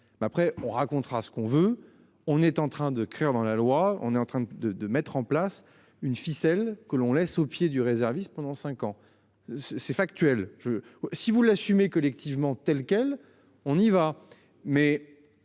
après on racontera ce qu'on veut, on est en train de cuire dans la loi, on est en train de, de mettre en place une ficelle que l'on laisse au pied du réserviste pendant 5 ans. C'est factuel. Je si vous l'assumer collectivement telle quelle. On y va